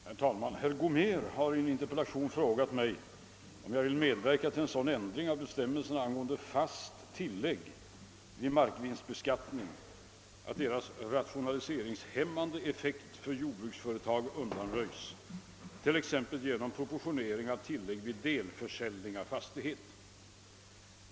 Herr talman! Herr Gomér har i en interpellation frågat mig, om jag vill medverka till en sådan ändring av bestämmelserna angående fast tillägg vid markvinstbeskattning, att deras rationaliseringshämmande effekt för jordbruksföretag undanröjs, t.ex. genom proportionering av tillägg vid delförsäljning av fastighet.